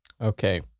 Okay